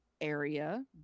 area